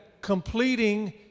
completing